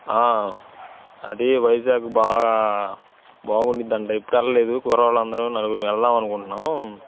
అదే వైజాగ్ బాగా బాగుండిందంట ఎప్పుడెల్లలేదు కుర్రోళ్ళమందరం నలుగురం వెళ్దాం అనుకుంటున్నాం